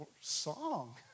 song